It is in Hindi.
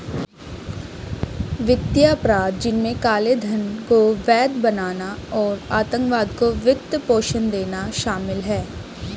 वित्तीय अपराध, जिनमें काले धन को वैध बनाना और आतंकवाद को वित्त पोषण देना शामिल है